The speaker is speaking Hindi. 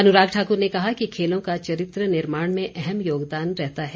अनुराग ठाकुर ने कहा कि खेलों का चरित्र निर्माण में अहम योगदान रहता है